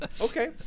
okay